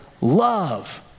love